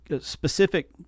specific